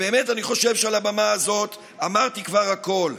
אני חושב שעל הבמה הזאת אמרתי כבר הכול.